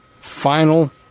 final